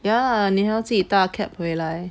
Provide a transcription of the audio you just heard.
ya lah 你要自己搭 cab 回来